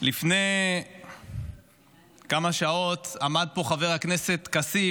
לפני כמה שעות עמד פה חבר הכנסת כסיף,